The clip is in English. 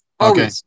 Okay